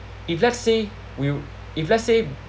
if let's say will if let's say